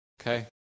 Okay